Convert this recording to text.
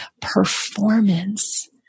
performance